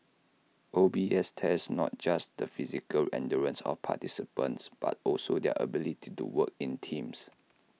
O B S tests not just the physical endurance of participants but also their ability to work in teams